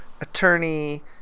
attorney